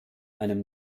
einem